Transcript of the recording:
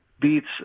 beats